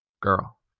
girl